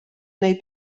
neu